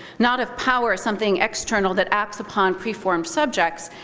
not of power as something external that acts upon pre-formed subjects,